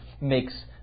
makes